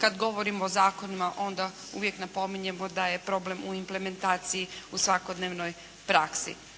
kad govorimo o zakonima onda uvijek napominjemo da je problem u implementaciji u svakodnevnoj praksi.